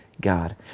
God